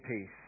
peace